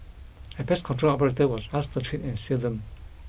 a pest control operator was asked to treat and seal them